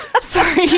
sorry